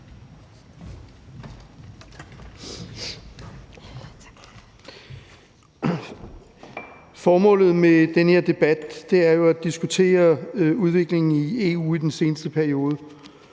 Formålet med den her debat er jo at diskutere udviklingen i EU i den seneste periode,